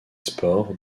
spores